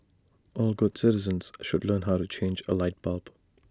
all good citizens should learn how to change A light bulb